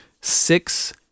six